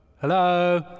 Hello